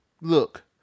look